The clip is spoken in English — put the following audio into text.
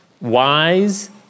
wise